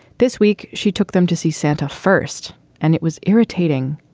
this week she took them to see santa first and it was irritating.